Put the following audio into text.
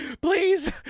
please